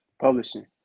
Publishing